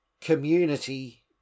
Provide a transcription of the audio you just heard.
community